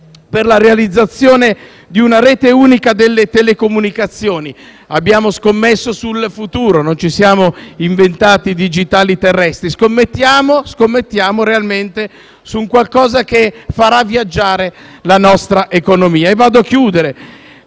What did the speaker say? per la realizzazione di una rete unica delle telecomunicazioni. Abbiamo scommesso sul futuro; non ci siamo inventati digitali terrestri. Scommettiamo realmente su un qualcosa che farà viaggiare la nostra economia. Per concludere,